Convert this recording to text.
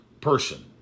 person